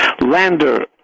Lander